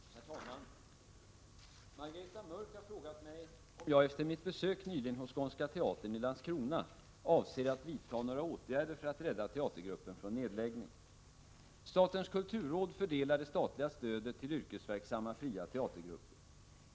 Herr talman! Margareta Mörck har frågat mig om jag, efter mitt besök nyligen hos Skånska Teatern i Landskrona, avser att vidta några åtgärder för att rädda teatergruppen från nedläggning. Statens kulturråd fördelar det statliga stödet till yrkesverksamma fria teatergrupper.